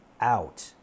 out